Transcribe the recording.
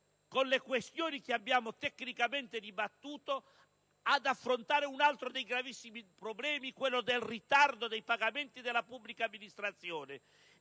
con le questioni che abbiamo tecnicamente dibattuto, ad affrontare un altro dei gravissimi problemi, quello del ritardo dei pagamenti della pubblica amministrazione,